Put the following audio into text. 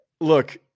Look